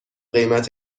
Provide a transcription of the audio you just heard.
قیمت